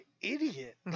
idiot